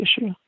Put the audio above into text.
issue